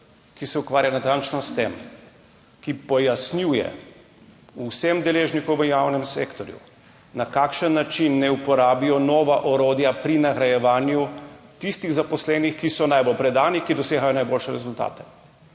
ki se ukvarja natančno s tem, ki pojasnjuje vsem deležnikom v javnem sektorju, na kakšen način naj uporabijo nova orodja pri nagrajevanju tistih zaposlenih, ki so najbolj predani, ki dosegajo najboljše rezultate.